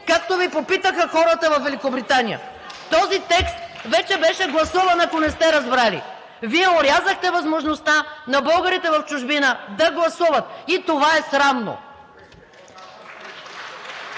както Ви попитаха хората във Великобритания. Този текст вече беше гласуван, ако не сте разбрали. Вие орязахте възможността на българите в чужбина да гласуват и това е срамно!